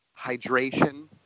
hydration